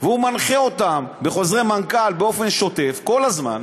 והוא מנחה אותם בחוזרי מנכ"ל באופן שוטף כל הזמן,